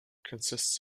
consists